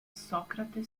socrate